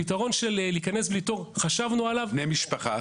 הפתרון של להיכנס בלי תור חשבנו עליו --- בני משפחה?